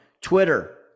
Twitter